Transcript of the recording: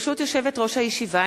ברשות יושבת-ראש הישיבה,